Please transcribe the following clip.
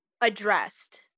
addressed